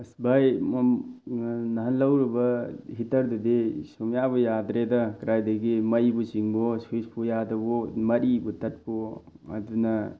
ꯑꯁ ꯚꯥꯏ ꯅꯍꯥꯟ ꯂꯧꯔꯨꯕ ꯍꯤꯠꯇꯔꯗꯨꯗꯤ ꯁꯨꯡꯌꯥꯕꯨ ꯌꯥꯗ꯭ꯔꯦꯗ ꯀꯔꯥꯏꯗꯒꯤ ꯃꯩꯕꯨ ꯆꯤꯡꯕꯋꯣ ꯁ꯭ꯋꯤꯠꯁꯄꯨ ꯌꯥꯗꯕꯋꯣ ꯃꯔꯤꯕꯨ ꯇꯠꯄꯋꯣ ꯑꯗꯨꯅ